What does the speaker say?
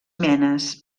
menes